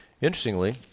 Interestingly